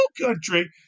country